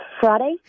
Friday